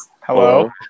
Hello